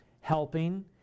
helping